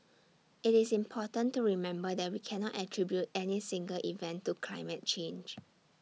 IT is important to remember that we cannot attribute any single event to climate change